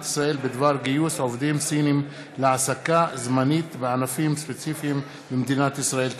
ישראל בדבר גיוס עובדים סינים להעסקה זמנית בענפים ספציפיים במדינת ישראל.